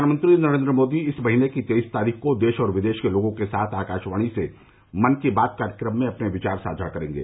प्रधानमंत्री नरेन्द्र मोदी इस महीने की तेईस तारीख को देश और विदेश के लोगों के साथ आकाशवाणी से मन की बात कार्यक्रम में अपने विचार साझा करेंगे